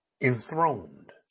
enthroned